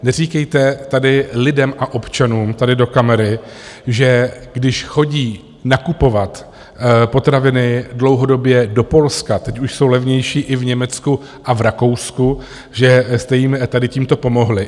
Neříkejte tady lidem a občanům tady do kamery, že když chodí nakupovat potraviny dlouhodobě do Polska teď už jsou levnější i v Německu a v Rakousku že jste jim tady tímto pomohli.